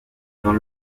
dans